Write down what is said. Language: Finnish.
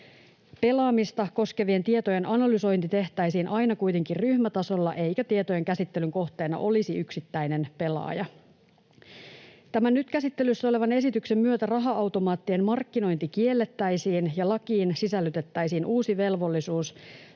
Pelaamista koskevien tietojen analysointi tehtäisiin kuitenkin aina ryhmätasolla, eikä tietojen käsittelyn kohteena olisi yksittäinen pelaaja. Tämän nyt käsittelyssä olevan esityksen myötä raha-automaattien markkinointi kiellettäisiin ja lakiin sisällytettäisiin uusi velvollisuus